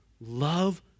Love